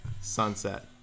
Sunset